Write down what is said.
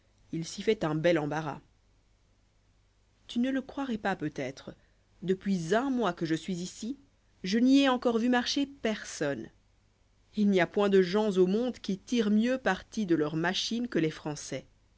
il s'y fait un bel embarras tu ne le croirois pas peut-être depuis un mois que je suis ici je n'y ai encore vu marcher personne il n'y a point de gens au monde qui tirent mieux parti de leur machine que les français